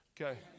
okay